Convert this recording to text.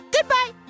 Goodbye